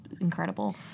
incredible